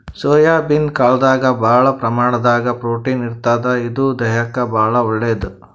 soybean ಕಾಳ್ದಾಗ್ ಭಾಳ್ ಪ್ರಮಾಣದಾಗ್ ಪ್ರೊಟೀನ್ ಇರ್ತದ್ ಇದು ದೇಹಕ್ಕಾ ಭಾಳ್ ಒಳ್ಳೇದ್